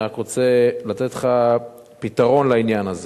אני רק רוצה לתת לך פתרון לעניין הזה.